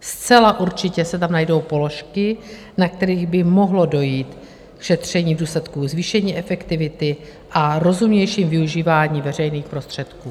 Zcela určitě se tam najdou položky, na kterých by mohlo dojít k šetření v důsledku zvýšení efektivity a k rozumnějšímu využívání veřejných prostředků.